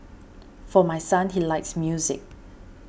for my son he likes music